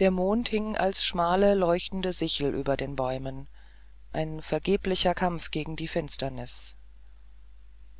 der mond hing als schmale leuchtende sichel über den bäumen ein vergeblicher kampf gegen die finsternis